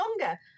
longer